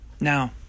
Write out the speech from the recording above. Now